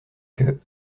que